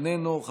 איננו,